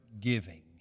giving